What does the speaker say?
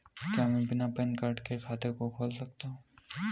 क्या मैं बिना पैन कार्ड के खाते को खोल सकता हूँ?